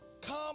Come